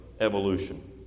evolution